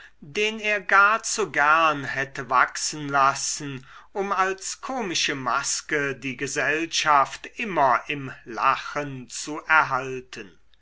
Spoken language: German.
den er gar zu gern hätte wachsen lassen um als komische maske die gesellschaft immer im lachen zu erhalten